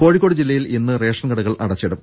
കോഴിക്കോട് ജില്ലയിൽ ഇന്ന് റേഷൻ കടകൾ അടച്ചിടും